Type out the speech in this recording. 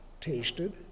tasted